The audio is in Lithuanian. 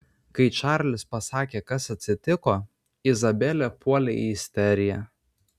kai čarlis pasakė kas atsitiko izabelė puolė į isteriją